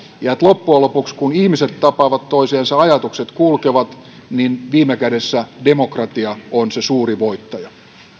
loppujen lopuksi kun ihmiset tapaavat toisiansa ajatukset kulkevat viime kädessä demokratia on se suuri voittaja